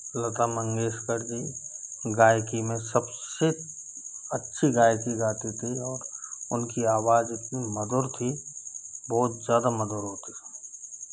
लता मंगेशकर जी गायकी में सबसे अच्छी गायकी गाती थी और उनकी आवाज इतनी मधुर थी बहुत ज़्यादा मधुर होती थी